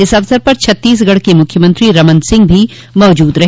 इस अवसर पर छत्तीसगढ़ के मुख्यमंत्री रमन सिंह भी मौजूद रहे